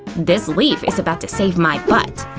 this leaf is about to save my butt!